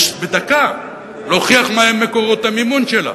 בדקה, להוכיח מהם מקורות המימון שלה.